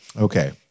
Okay